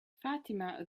fatima